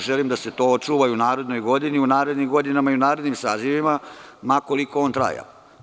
Želim da se to očuva u narednoj godini i narednim godinama i u narednim sazivima ma koliko oni trajali.